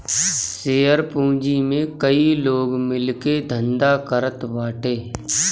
share पूंजी में कई लोग मिल के धंधा करत बाटे